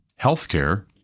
healthcare